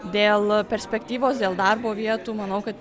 dėl perspektyvos dėl darbo vietų manau kad